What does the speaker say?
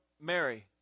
Mary